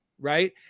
right